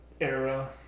era